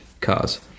cars